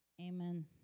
Amen